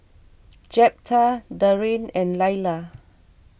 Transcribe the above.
Jeptha Darrin and Lilah